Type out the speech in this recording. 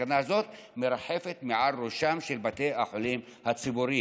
והסכנה הזאת מרחפת מעל ראשם של בתי החולים הציבוריים.